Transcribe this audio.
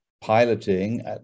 piloting